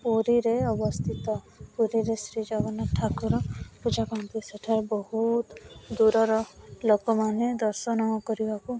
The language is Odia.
ପୁରୀରେ ଅବସ୍ଥିତ ପୁରୀରେ ଶ୍ରୀ ଜଗନ୍ନାଥ ଠାକୁର ପୂଜା ପାଆନ୍ତି ସେଠାରେ ବହୁତ ଦୂରର ଲୋକମାନେ ଦର୍ଶନ କରିବାକୁ